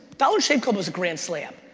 dollar shave club was a grand slam.